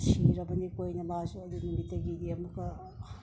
ꯁꯤꯔꯕꯅꯤꯀꯣ ꯍꯥꯏꯅ ꯃꯥꯁꯨ ꯑꯗꯨ ꯅꯨꯃꯤꯠꯇꯒꯤꯗꯤ ꯑꯃꯨꯛꯀ